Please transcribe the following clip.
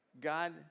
God